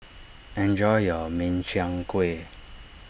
enjoy your Min Chiang Kueh